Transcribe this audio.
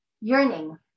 Yearning